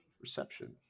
Reception